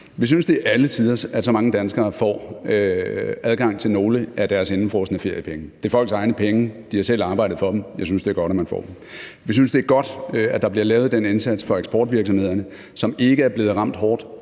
Vi synes, det er alle tiders, at så mange danskere får adgang til nogle af deres indefrosne feriepenge, for det er folks egne penge, de har selv arbejdet for dem, og jeg synes, det er godt, at de får dem. Vi synes, det er godt, at der bliver gjort den indsats for eksportvirksomhederne, som ikke er blevet ramt hårdt